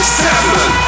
seven